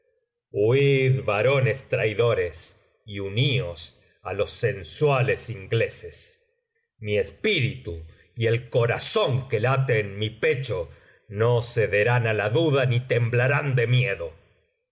huid barones traidores y unios á los sensuales ingleses mi espíritu y el corazón que late en mi pecho no cederán á la duda ni temblarán de miedo